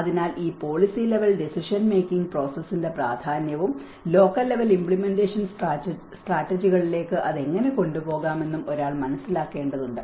അതിനാൽ ഈ policy level decision making പ്രോസസ്സിന്റെ പ്രാധാന്യവും ലോക്കൽ ലെവൽ ഇമ്പ്ലിമെന്റേഷൻ സ്ട്രാറ്റജികളിലേക്ക് അത് എങ്ങനെ കൊണ്ടുപോകാമെന്നും ഒരാൾ മനസ്സിലാക്കേണ്ടതുണ്ട്